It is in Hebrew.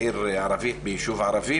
בזמן הקצר שאני מקבל,